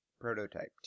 Prototype